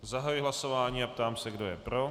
Zahajuji hlasování a ptám se, kdo je pro.